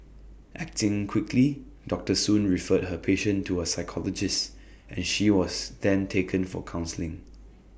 acting quickly doctor soon referred her patient to A psychologist and she was then taken for counselling